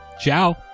Ciao